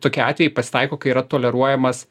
tokie atvejai pasitaiko kai yra toleruojamas